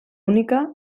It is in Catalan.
única